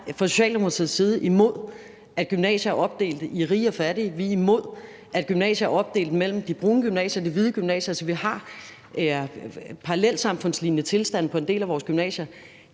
Vi er fra Socialdemokratiets side imod, at gymnasier er opdelt i rige og fattige; vi er imod, at gymnasier er opdelt i brune gymnasier og hvide gymnasier, altså at vi har parallelsamfundslignende tilstande på en del af vores gymnasier.